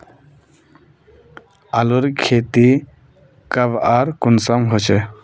आलूर खेती कब आर कुंसम होचे?